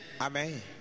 Amen